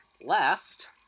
Last